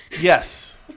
Yes